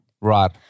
Right